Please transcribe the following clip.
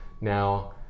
Now